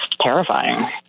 terrifying